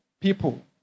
people